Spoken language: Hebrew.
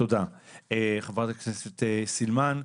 תודה ח"כ סילמן.